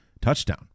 touchdown